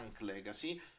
Legacy